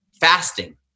fasting